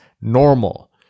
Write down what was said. normal